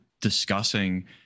discussing